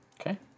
Okay